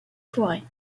forêts